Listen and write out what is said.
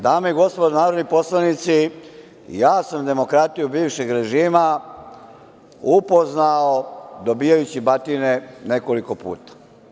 Dame i gospodo narodni poslanici, ja sam demokratiju bivšeg režima upoznao dobijajući batine nekoliko puta.